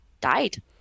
died